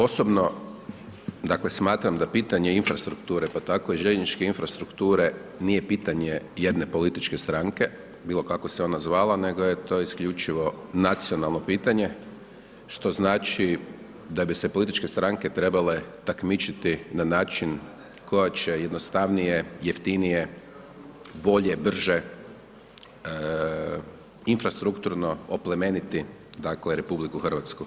Osobno, dakle, smatram da pitanje infrastrukture, pa tako i željezničke infrastrukture nije pitanje jedne političke stranke, bilo kako se ona zvala, nego je to isključivo nacionalno pitanje, što znači da bi se političke stranke trebale takmičiti na način koja će jednostavnije, jeftinije, bolje, brže, infrastrukturno oplemeniti, dakle, RH.